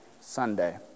Sunday